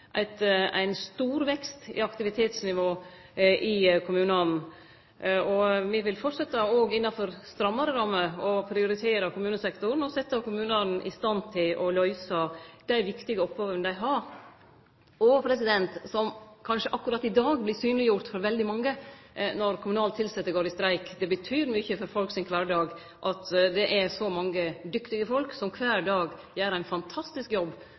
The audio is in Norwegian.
ein stor vekst i aktivitetsnivået i kommunane. Me vil òg innanfor strammare rammer halde fram med å prioritere kommunesektoren og setje kommunane i stand til å løyse dei viktige oppgåvene dei har, og som kanskje akkurat i dag vert synleggjorde for veldig mange, når kommunalt tilsette går ut i streik. Det betyr mykje for folks kvardag at det er så mange dyktige folk som kvar dag gjer ein fantastisk jobb